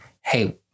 Hey